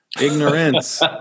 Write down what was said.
Ignorance